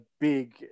big